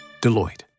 Deloitte